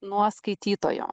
nuo skaitytojo